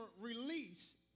release